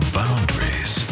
boundaries